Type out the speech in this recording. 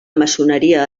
maçoneria